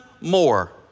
more